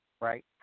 Right